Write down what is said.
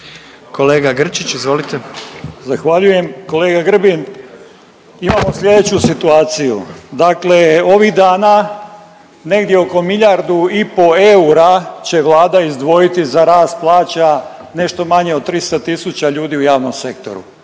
**Grčić, Branko (SDP)** Zahvaljujem. Kolega Grbin, imamo slijedeću situaciju, dakle ovih dana negdje oko milijardu i po eura će Vlada izdvojiti za rast plaća nešto manje od 300 tisuća ljudi u javnom sektoru